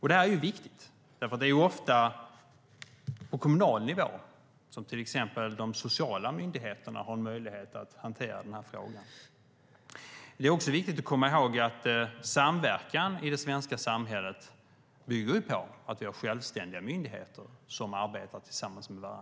Det är viktigt, för det är ofta på kommunal nivå som till exempel de sociala myndigheterna har möjlighet att hantera dessa frågor. Det är viktigt att komma ihåg att samverkan i det svenska samhället bygger på att vi har självständiga myndigheter som arbetar tillsammans.